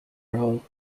roll